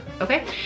okay